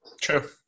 True